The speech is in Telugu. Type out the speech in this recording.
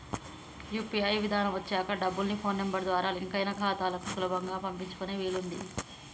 యూ.పీ.ఐ విధానం వచ్చాక డబ్బుల్ని ఫోన్ నెంబర్ ద్వారా లింక్ అయిన ఖాతాలకు సులభంగా పంపించుకునే వీలుంది